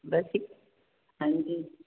ਬਾਕੀ ਹਾਂਜੀ